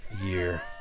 year